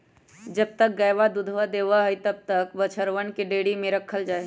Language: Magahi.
जब तक गयवा दूधवा देवा हई तब तक बछड़वन के डेयरी में रखल जाहई